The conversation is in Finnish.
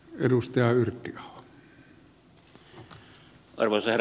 arvoisa herra puhemies